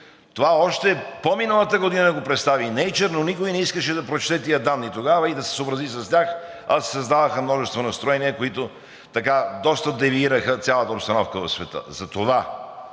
Това още по-миналата година го представих. Не е черно. Никой не искаше да прочете тези данни тогава и да се съобрази с тях, а се създаваха множество настроения, които доста дерайлираха цялата обстановка в света. Затова